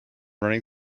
running